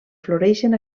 floreixen